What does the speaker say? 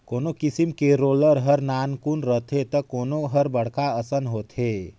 कोनो किसम के रोलर हर नानकुन रथे त कोनो हर बड़खा असन होथे